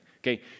okay